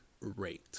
rate